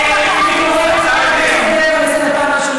חושבים, בהיסטוריה, אה, בהיסטוריה.